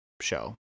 show